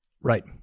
Right